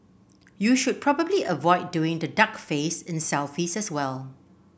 you should probably avoid doing the duck face in as well